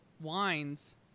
wines